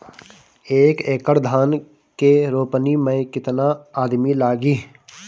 एक एकड़ धान के रोपनी मै कितनी आदमी लगीह?